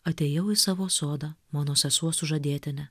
atėjau į savo sodą mano sesuo sužadėtinė